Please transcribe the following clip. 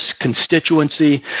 constituency